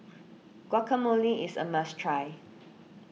Guacamole is a must try